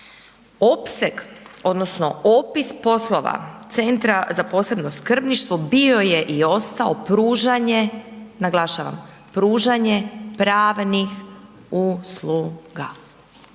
Opseg odnosno opis poslova Centra za posebno skrbništvo bio je ostao pružanje, naglašavam pružanje pravnih usluga.